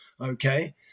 okay